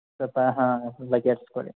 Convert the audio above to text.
ಸ್ವಲ್ಪ ಹಾಂ ಬಗೆಹರಿಸಿ ಕೊಡಿ